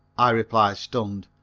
i replied, stunned,